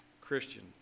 Christian